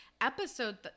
episode